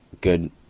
good